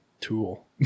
tool